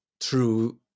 true